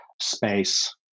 space